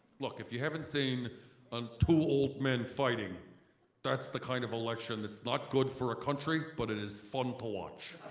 look, if you haven't seen on two old men fighting that's the kind of election that's not good for a country but it is fun to watch.